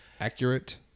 accurate